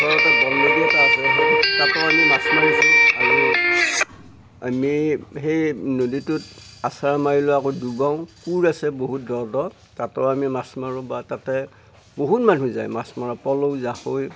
ওচৰতে বন নদী এটা আছে তাতো আমি মাছ মাৰিছোঁ আৰু আমি সেই নদীটোত আছাৰা মাৰি লৈ আকৌ ডুবাও কুঁৰ আছে বহুত দ' দ' তাতো আমি মাছ মাৰোঁ বা তাতে বহুত মানুহ যায় মাছ মৰা পল' জাকৈ